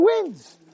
wins